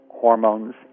hormones